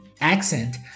accent